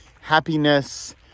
happiness